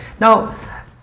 Now